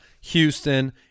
Houston